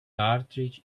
cartridge